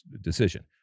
decision